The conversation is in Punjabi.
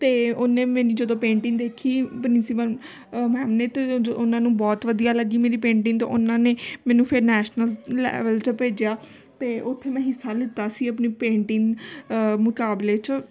ਅਤੇ ਉਹਨੇ ਮੇਰੀ ਜਦੋਂ ਪੇਂਟਿੰਗ ਦੇਖੀ ਪ੍ਰਿੰਸੀਪਲ ਮੈਮ ਨੇ ਤਾਂ ਉਹਨਾਂ ਨੂੰ ਬਹੁਤ ਵਧੀਆ ਲੱਗੀ ਮੇਰੀ ਪੇਂਟਿੰਗ ਅਤੇ ਉਹਨਾਂ ਨੇ ਮੈਨੂੰ ਫਿਰ ਨੈਸ਼ਨਲ ਲੈਵਲ 'ਚ ਭੇਜਿਆ ਅਤੇ ਉੱਥੇ ਮੈਂ ਹਿੱਸਾ ਲਿੱਤਾ ਸੀ ਆਪਣੀ ਪੇਂਟਿੰਗ ਮੁਕਾਬਲੇ 'ਚ